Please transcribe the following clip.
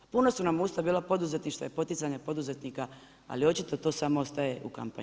Puna su nam usta bila poduzetništva i poticanja poduzetnika ali očito to samo ostaje u kampanji.